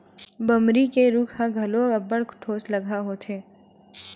बमरी के रूख ह घलो अब्बड़ ठोसलगहा होथे